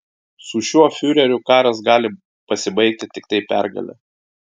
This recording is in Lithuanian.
su šiuo fiureriu karas gali pasibaigti tiktai pergale